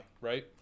right